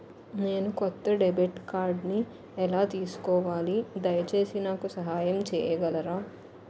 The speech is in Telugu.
నేను కొత్త డెబిట్ కార్డ్ని ఎలా తీసుకోవాలి, దయచేసి నాకు సహాయం చేయగలరా?